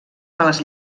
males